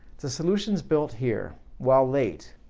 the solutions built here, while late,